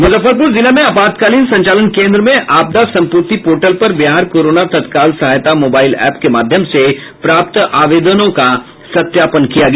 मुजफ्फरपुर जिला में आपातकालीन संचालन केन्द्र में आपदा संपूर्ति पोर्टल पर बिहार कोरोना तत्काल सहायता मोबाइल ऐप के माध्यम से प्राप्त आवेदनों का सत्यापन किया गया